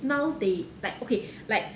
now they like okay like